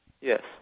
Yes